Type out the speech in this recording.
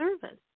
service